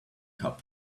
cup